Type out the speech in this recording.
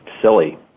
silly